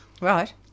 Right